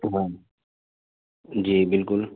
ہاں جی بالکل